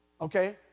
okay